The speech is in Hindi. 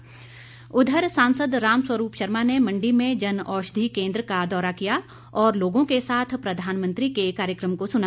रामस्वरूप उधर सांसद रामस्वरूप शर्मा ने मंडी में जनऔषधि केन्द्र का दौरा किया और लोगों के साथ प्रधानमंत्री के कार्यक्रम को सुना